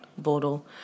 Bottle